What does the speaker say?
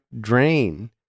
drain